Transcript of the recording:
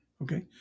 okay